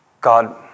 God